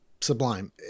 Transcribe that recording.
sublime